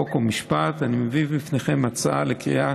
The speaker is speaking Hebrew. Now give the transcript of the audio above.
חוק ומשפט אני מביא בפניכם הצעה לקריאה